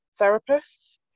therapists